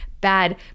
bad